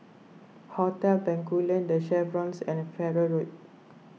Hotel Bencoolen the Chevrons and Farrer Road